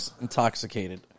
intoxicated